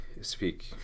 Speak